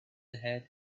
ahead